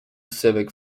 civic